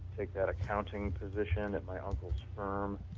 take that accounting position at my uncle's firm.